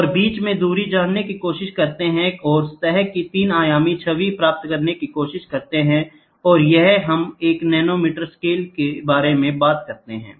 और बीच में दूरी जानने की कोशिश करते हैं और सतह की 3 आयामी छवि प्राप्त करने की कोशिश करते हैं और यहां हम एक नैनोमीटर स्केल के बारे में बात करते हैं